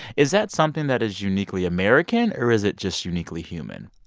is that something that is uniquely american? or is it just uniquely human?